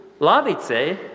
lavice